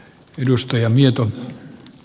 arvoisa puhemies